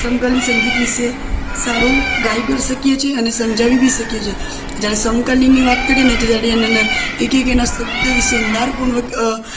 સમકાલીન સંગીત વિશે સારું ગાઈ પણ શકીએ છે અને સમજાવી બી શકીએ છે જ્યારે સમકાલીનની વાત કરીએને તો ત્યારે એની અંદર એક એક એના શબ્દ વિશે ઊંડાણપૂર્વંક